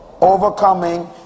Overcoming